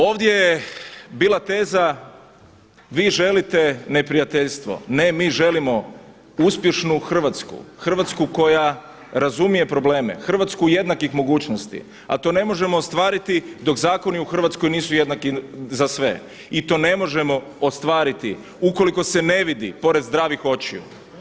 Ovdje je bila teza vi želite neprijateljstvo, ne, mi želimo uspješnu Hrvatsku, Hrvatsku koja razumije probleme, Hrvatsku jednakih mogućnosti, a to ne možemo ostvariti dok zakoni u Hrvatskoj nisu jednaki za sve i to ne možemo ostvariti ukoliko se ne vidi pored zdravih očiju.